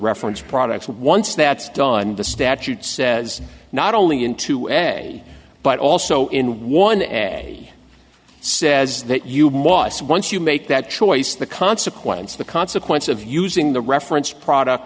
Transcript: reference products once that's done the statute says not only into ebay but also in one ebay says that you must once you make that choice the consequence the consequence of using the reference product